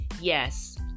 yes